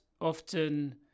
often